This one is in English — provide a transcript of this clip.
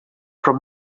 from